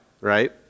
right